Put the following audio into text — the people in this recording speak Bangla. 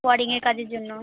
ওয়ায়ারিংয়ের কাজের জন্য